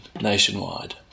nationwide